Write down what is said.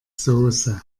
soße